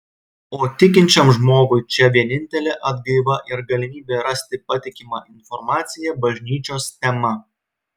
o tikinčiam žmogui čia vienintelė atgaiva ir galimybė rasti patikimą informaciją bažnyčios tema